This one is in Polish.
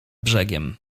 brzegiem